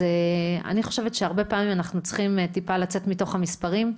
אני חושבת שאנחנו צריכים הרבה פעמים לצאת טיפה מתוך המספרים,